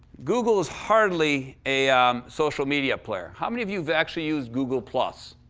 google is hardly a social media player. how many of you've actually used google plus?